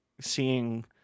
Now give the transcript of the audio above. seeing